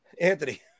Anthony